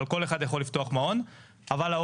אבל כל אחד יכול לפתוח מעון,